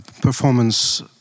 performance